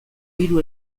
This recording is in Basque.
hiru